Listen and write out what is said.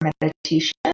meditation